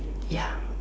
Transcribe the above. ya